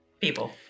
People